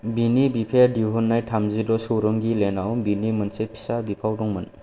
बिनि बिफाया दिहुननाय थामजिद' चौरंगी लेनआव बिनि मोनसे फिसा बिफाव दंमोन